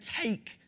take